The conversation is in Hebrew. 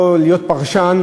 ולא להיות פרשן,